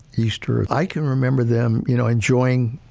easter. i can remember them, you know, enjoying,